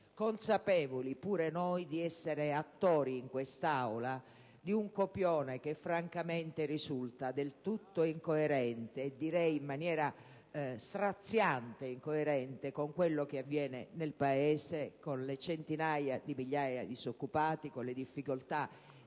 consapevoli di essere anche noi attori in quest'Aula di un copione che francamente risulta del tutto incoerente, direi incoerente in maniera straziante, con quello che avviene nel Paese, con le centinaia di migliaia di disoccupati, con le difficoltà